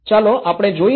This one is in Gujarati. ચાલો આપણે જોઈએ કે